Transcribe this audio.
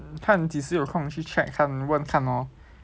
看几时有空去看问他们 lor